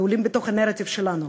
נעולים בתוך הנרטיב שלנו,